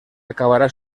acabará